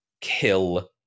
kill